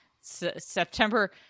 September